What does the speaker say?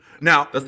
Now